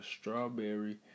strawberry